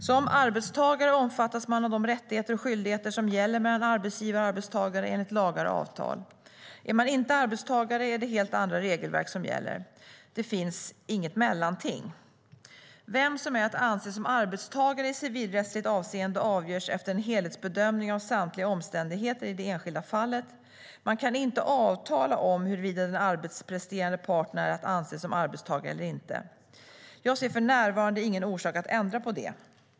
Som arbetstagare omfattas man av de rättigheter och skyldigheter som gäller mellan arbetsgivare och arbetstagare enligt lagar och avtal. Är man inte arbetstagare är det helt andra regelverk som gäller. Det finns inget mellanting. Vem som är att anse som arbetstagare i civilrättsligt avseende avgörs efter en helhetsbedömning av samtliga omständigheter i det enskilda fallet. Man kan inte avtala om huruvida den arbetspresterande parten är att anse som arbetstagare eller inte. Jag ser för närvarande ingen orsak att ändra på det.